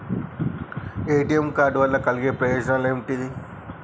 ATM card వల్ల కలిగే ప్రయోజనాలు ఏమిటి?